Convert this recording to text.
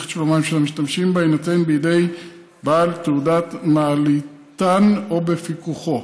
את שלומם של המשתמשים בה יינתן בידי בעל תעודת מעליתן או בפיקוחו.